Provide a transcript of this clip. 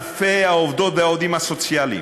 אלפי העובדות והעובדים הסוציאליים.